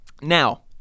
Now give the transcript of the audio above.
Now